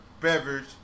beverage